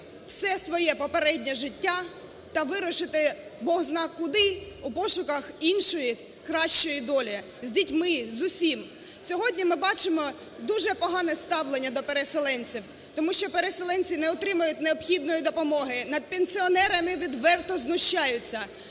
все своє попереднє життя та вирушити бозна-куди у пошуках іншої кращої долі з дітьми, з усім. Сьогодні ми бачимо дуже погане ставлення до переселенців, тому що переселенці не отримують необхідної допомоги, над пенсіонерами відверто знущаються.